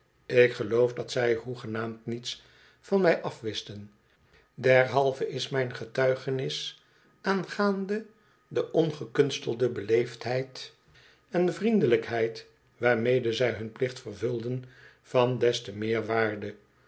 ik geloof dat zij hoegenaamd niets van m afwisten derhalve is mijn getuigenis aangaande de ongekunstelde beleefdheid en vriendelijkheid waarmede zij hun plicht vervulden van des te meer waarde